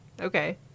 Okay